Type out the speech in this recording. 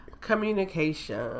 Communication